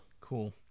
Cool